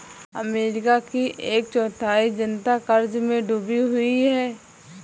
America की एक चौथाई जनता क़र्ज़ में डूबी हुई है